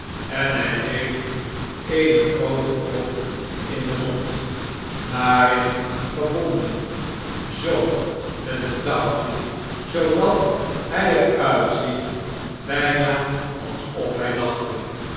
en hjj heeft eene groote prop in den mond daarin gebonden zoo met een touwtje zoodat hij er uitziet bjjna alsof hjj lachte